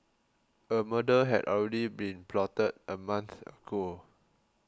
a murder had already been plotted a month ago